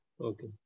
Okay